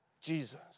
Jesus